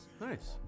Nice